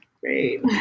great